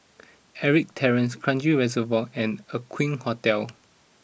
Ettrick Terrace Kranji Reservoir and Aqueen Hotel